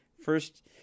first